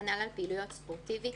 כנ"ל פעילות ספורטיבית,